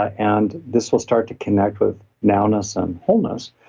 ah and this will start to connect with now-ness and wholeness.